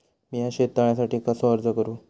मीया शेत तळ्यासाठी कसो अर्ज करू?